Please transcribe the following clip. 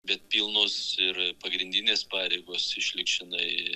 bet pilnos ir pagrindinės pareigos išliks čionai